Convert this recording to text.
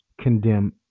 condemn